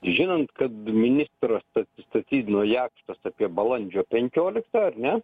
žinant kad ministras atsistatydino jakštas apie balandžio penkioliktą ar ne